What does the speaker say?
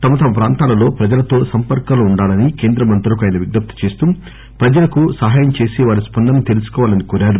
తమతమ ప్రాంతాలలో ప్రజలతో సంపర్కంలో వుండాలని కేంద్ర మంత్రులకు ఆయన విజ్ఞప్తి చేస్తూ ప్రజలకు సహాయం చేసి వారి స్పందన తెలుసుకోవాలని కోరారు